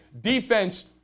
defense